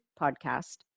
podcast